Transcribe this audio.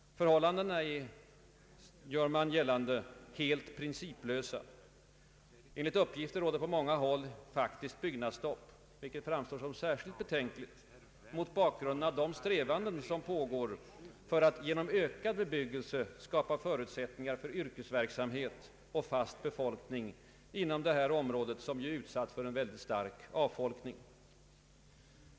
Förhållandena är — gör man gällande — helt principlösa. Enligt uppgifter råder på många håll faktiskt byggnadsstopp, vilket framstår som särskilt betänkligt mot bakgrund av de strävanden som pågår att genom ökad bebyggelse skapa förutsättningar för yrkesverksamhet och fast befolkning inom detta område, som är utsatt för en mycket stark avfolkning.